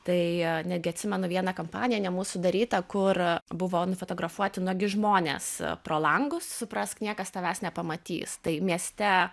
tai netgi atsimenu vieną kampaniją ne mūsų darytą kur buvo nufotografuoti nuogi žmonės pro langus suprask niekas tavęs nepamatys tai mieste